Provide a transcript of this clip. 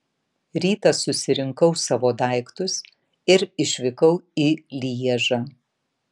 rytą susirinkau savo daiktus ir išvykau į lježą